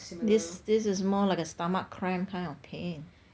this this is more like a stomach cramp kind of pain